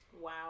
Wow